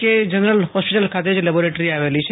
કે general hospital ખાતે જ લેબોરેટરી આવેલી છે